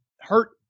hurt